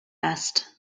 nest